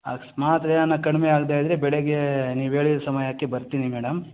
ಅಕಸ್ಮಾತ್ ಏನಾರ ಕಡಿಮೆ ಆಗದೇ ಇದ್ದರೆ ಬೆಳಿಗ್ಗೆ ನೀವು ಹೇಳಿದ ಸಮಯಕ್ಕೆ ಬರ್ತೀನಿ ಮೇಡಮ್